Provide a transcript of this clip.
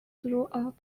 throughout